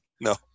No